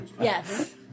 yes